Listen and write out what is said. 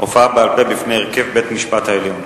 הופעה בעל-פה בפני הרכב בית-המשפט העליון.